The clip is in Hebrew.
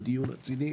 בדיון רציני.